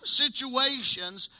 situations